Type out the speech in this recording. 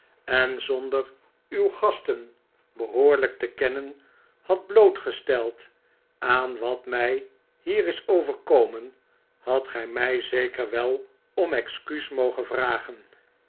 en zonder uw gasten behoorlijk te kennen hadt blootgesteld aan wat mij hier is overkomen hadt gij mij zeker wel om excuus mogen vragen